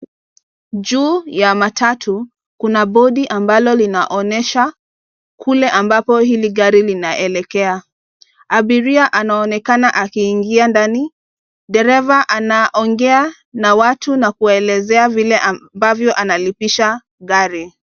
Juu ya matatu kuna bodi ambalo linaonyesha kule ambapo hili gari linaelekea. Abiria anaonekana akiingia ndani. Dereva anaongea na watu na kuwaelezea vile ambavyo analipisha gari.